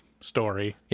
story